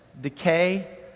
decay